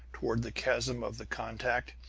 toward the chasm of the contact,